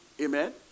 Amen